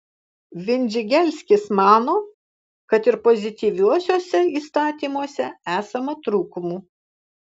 vindžigelskis mano kad ir pozityviuosiuose įstatymuose esama trūkumų